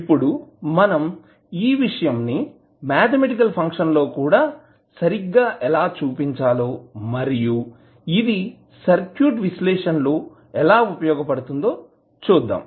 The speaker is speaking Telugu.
ఇప్పుడు మనం ఈ విషయం ని మాథమెటికల్ ఫంక్షన్ లో కూడా సరిగ్గా ఎలా చూపించాలో మరియు ఇది సర్క్యూట్ విశ్లేషణ లో ఎలా ఉపయోగపడుతుందో చూద్దాం